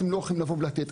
אתם לא יכולים לבוא ולתת.